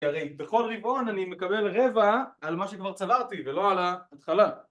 הרי בכל רבעון אני מקבל רבע על מה שכבר צברתי ולא על ההתחלה